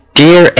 dear